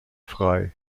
frei